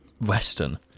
western